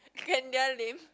Kenya-Lim